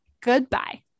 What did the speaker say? Goodbye